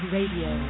Radio